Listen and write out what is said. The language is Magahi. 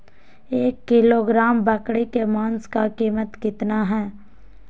एक किलोग्राम बकरी के मांस का कीमत कितना है?